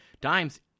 Dimes